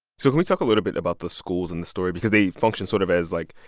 so can we talk a little bit about the schools in the story? because they function sort of as, like,